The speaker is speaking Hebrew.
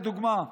לדוגמה,